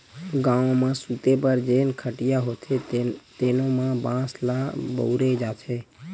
गाँव म सूते बर जेन खटिया होथे तेनो म बांस ल बउरे जाथे